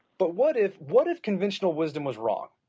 but what if what if conventional wisdom was wrong?